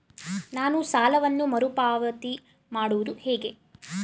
ನಾನು ಸಾಲವನ್ನು ಮರುಪಾವತಿ ಮಾಡುವುದು ಹೇಗೆ?